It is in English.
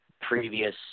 previous